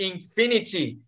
Infinity